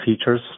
features